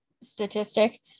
statistic